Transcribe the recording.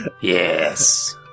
Yes